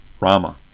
Rama